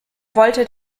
wollte